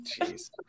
Jeez